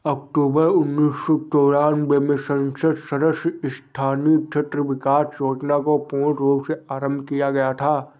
अक्टूबर उन्नीस सौ चौरानवे में संसद सदस्य स्थानीय क्षेत्र विकास योजना को पूर्ण रूप से आरम्भ किया गया था